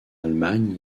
allemagne